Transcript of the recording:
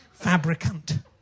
Fabricant